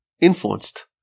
influenced